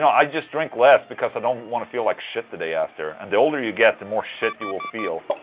i just drink less because i don't want to feel like shit the day after and the older you get the more shit you will feel,